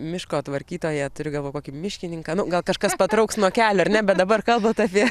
miško tvarkytoją turiu galvoj kokį miškininką nu gal kažkas patrauks nuo kelio ar ne bet dabar kalbat apie